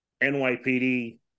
NYPD